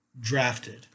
drafted